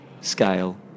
scale